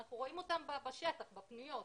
אנחנו רואים בשטח, בפניות.